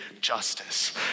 justice